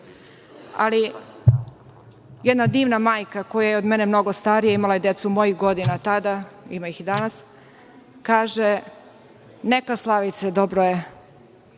ali jedna divna majka, koja je od mene mnogo starija, imala je decu mojih godina tada, ima ih i danas, kaže: "Neka, Slavice, dobro je.